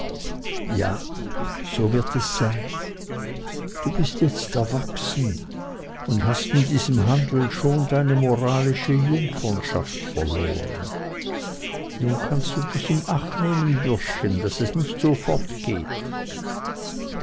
ja so wird es sein du bist jetzt erwachsen und hast in diesem handel schon deine moralische jungfernschaft verloren nun kannst du dich in acht nehmen bürschchen daß es nicht so